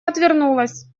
отвернулась